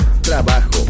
trabajo